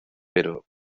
pero